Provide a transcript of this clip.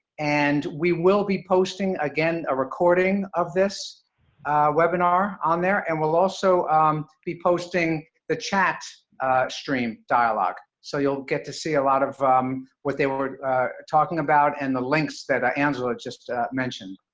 and we will be posting, again, a recording of this webinar on there, and we'll also be posting the chat stream dialog. so you'll get to see a lot of what they were talking about, and the links that ah angela just mentioned.